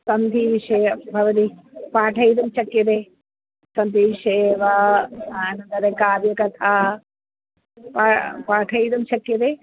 सन्धिषु भवति पाठयितुं शक्यते सन्धिविषये वा अनन्तरे कार्यकथा पा पाठयितुं शक्यते